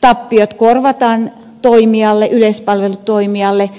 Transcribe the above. tappiot korvataan yleispalvelutoimijalle